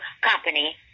company